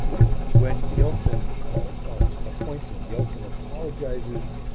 when yeltsin appoints him, yeltsin apologizes.